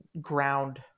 ground